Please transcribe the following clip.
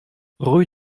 rue